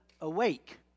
awake